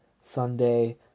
Sunday